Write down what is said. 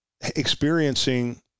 experiencing